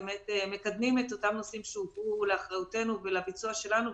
מקדמים את אותם נושאים שהובאו לאחריותנו ולביצוע שלנו,